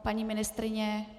Paní ministryně?